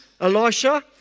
Elisha